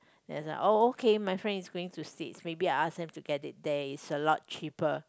then like oh okay my friend is going to States maybe I ask them to get it there is a lot cheaper